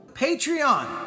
Patreon